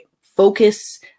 focus